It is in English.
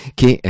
che